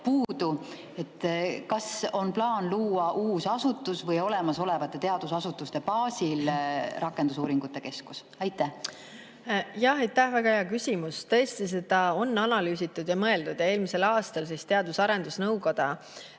puudu. Kas on plaan luua uus asutus või olemasolevate teadusasutuste baasil rakendusuuringute keskus? Aitäh! Väga hea küsimus. Tõesti, seda on analüüsitud ja mõeldud ning eelmisel aastal Teadus‑ ja Arendusnõukogu